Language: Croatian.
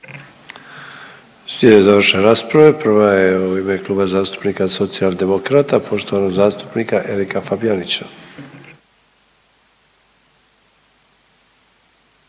Slijede završne rasprave, prva je u ime Kluba zastupnika Socijaldemokrata poštovanog zastupnika Erika Fabijanića.